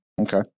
Okay